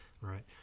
Right